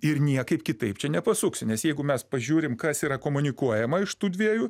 ir niekaip kitaip čia nepasuksi nes jeigu mes pažiūrim kas yra komunikuojama iš tų dviejų